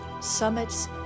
summits